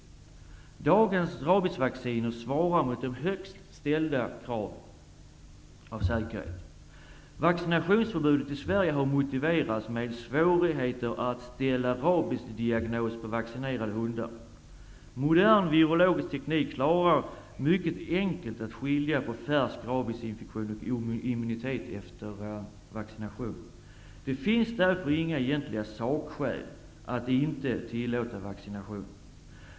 Dagens rabiesvacciner svarar mot de högst ställda säkerhetskraven. Vaccinationsförbudet i Sverige har motiverats med svårigheter att ställa rabiesdiagnos på vaccinerade hundar. Modern virologisk teknik klarar mycket enkelt att skilja på färsk rabiesinfektion och immunitet efter vaccination. Det finns därför inga egentliga sakskäl att inte tillåta vaccination.